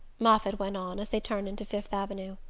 moffatt went on, as they turned into fifth avenue.